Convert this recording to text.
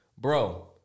bro